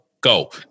go